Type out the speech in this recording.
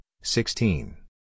sixteen